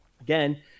Again